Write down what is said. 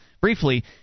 Briefly